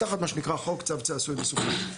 תחת מה שנקרא צו צעצעים מסוכנים.